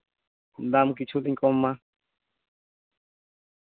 ᱫᱟᱢ ᱠᱤᱪᱷᱩ ᱞᱤᱧ ᱠᱚᱢᱟ